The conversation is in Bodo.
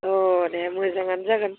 अ दे मोजाङानो जागोन